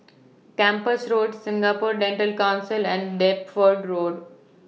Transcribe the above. Kempas Road Singapore Dental Council and Deptford Road